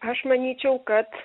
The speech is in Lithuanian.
aš manyčiau kad